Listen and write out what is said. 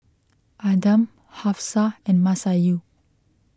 Adam Hafsa and Masayu